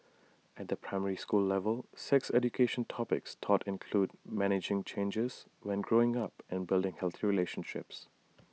at the primary school level sex education topics taught include managing changes when growing up and building healthy relationships